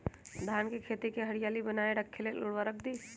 धान के खेती की हरियाली बनाय रख लेल उवर्रक दी?